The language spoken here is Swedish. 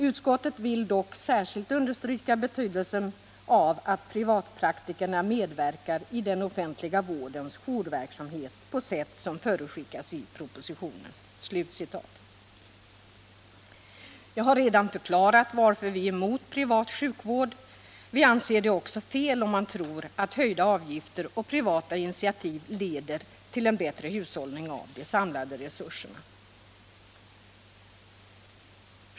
Utskottet vill dock särskilt understryka betydelsen av att privatpraktikerna medverkar i den offentliga vårdens jourverksamhet på sätt som förutskickas i propositionen.” Jag har redan förklarat varför vi är emot privat sjukvård. Vi anser det också vara fel, om man tror att höjda avgifter och privata initiativ leder till en bättre hushållning med de samlade resurserna.